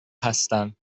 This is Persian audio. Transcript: هستن